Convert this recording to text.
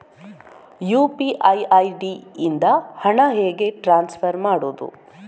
UPI ID ಇಂದ ಹಣ ಹೇಗೆ ಟ್ರಾನ್ಸ್ಫರ್ ಮಾಡುದು?